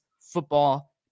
football